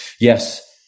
yes